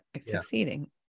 succeeding